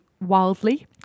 wildly